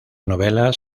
novelas